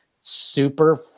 super